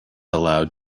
allowed